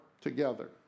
together